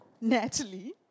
Natalie